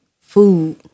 Food